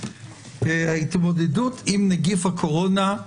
התמודדות עם נגיף הקורונה.